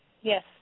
Yes